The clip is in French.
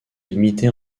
limité